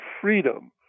freedom